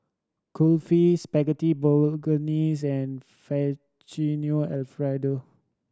Kulfi Spaghetti Bolognese and Alfredo